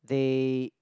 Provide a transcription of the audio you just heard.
they